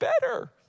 better